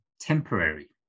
temporary